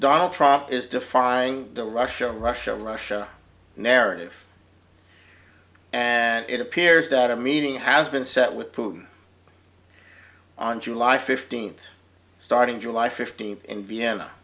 donald trump is defying the russia russia russia narrative and it appears that a meeting has been set with putin on july fifteenth starting july fifteenth in